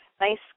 Nice